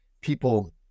people